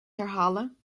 herhalen